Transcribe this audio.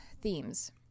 themes